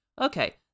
okay